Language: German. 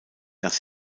dass